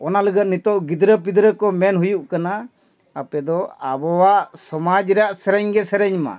ᱚᱱᱟ ᱞᱟᱹᱜᱤᱫ ᱱᱤᱛᱚᱜ ᱜᱤᱫᱽᱨᱟᱹ ᱯᱤᱫᱽᱨᱟᱹ ᱠᱚ ᱢᱮᱱ ᱦᱩᱭᱩᱜ ᱠᱟᱱᱟ ᱟᱯᱮᱫᱚ ᱟᱵᱚᱣᱟᱜ ᱥᱚᱢᱟᱡᱽ ᱨᱮᱭᱟᱜ ᱥᱮᱨᱮᱧ ᱜᱮ ᱥᱮᱨᱮᱧ ᱢᱟ